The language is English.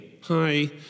Hi